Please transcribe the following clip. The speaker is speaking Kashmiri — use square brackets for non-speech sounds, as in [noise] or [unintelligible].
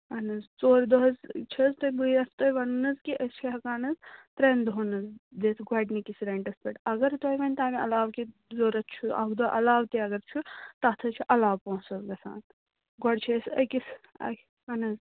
اَہن حظ ژور دۄہ حظ چھِ حظ تۄہہِ بہٕ یَژھ تۄہہِ وَنُن حظ کہِ أسۍ ہٮ۪کان حظ ترٛٮ۪ن دۄہَن حظ دِتھ گۄڈٕنِکِس رٮ۪نٛٹَس پٮ۪ٹھ اَگر تۄہہِ وۄنۍ تَمہِ علاوٕ کہِ ضوٚرَتھ چھُ اَکھ دۄہ علاوٕ تہِ اگر چھُ تَتھ حظ چھِ علاوٕ پونٛسہٕ حظ گژھان گۄڈٕ چھِ أسۍ أکِس اَکہِ [unintelligible]